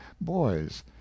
boys